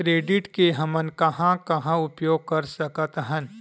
Credit के हमन कहां कहा उपयोग कर सकत हन?